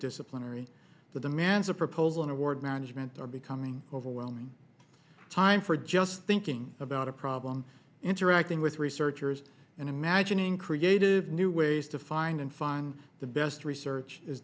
disciplinary the demands a proposal an award management or becoming overwhelming time for just thinking about a problem interacting with researchers and imagining creative new ways to find and find the best research is